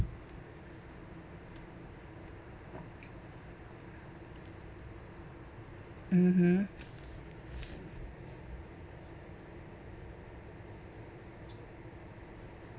mmhmm